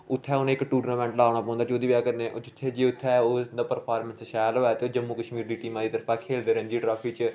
उत्थै उ'नें गी इक टूरनामैंट लाना पौंदा जोह्दी बजह् कन्नै ओह् जुत्थै जे उत्थै उं'दा परफार्मैंस शैल होऐ ते ओह् जम्मू कश्मीर दी टीमै दी तरफां खेलदे रांजी ट्राफी च